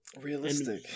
realistic